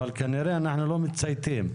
אבל כנראה אנחנו לא מצייתים.